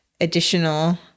additional